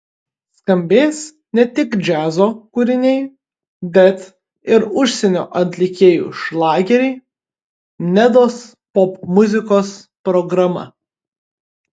skambės ne tik džiazo kūriniai bet ir užsienio atlikėjų šlageriai nedos popmuzikos programa